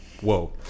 Whoa